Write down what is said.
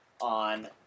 on